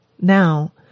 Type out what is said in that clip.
Now